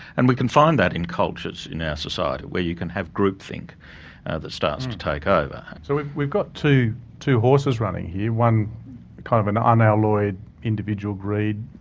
and we can find that in cultures in our society where you can have groupthink that starts to take over. so we've we've got two two horses running here, one kind of an unalloyed individual greed,